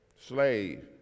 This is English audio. slave